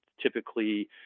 typically